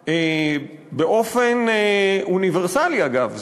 פרועה באופן אוניברסלי אגב,